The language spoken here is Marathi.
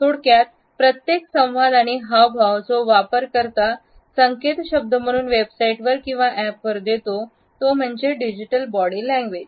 थोडक्यात प्रत्येक संवाद आणि हावभाव जो वापर करता संकेत शब्द म्हणून वेबसाईटवर किंवा अॅपवर देतो तो म्हणजे डिजिटल बॉडी लैंग्वेज